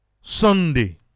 Sunday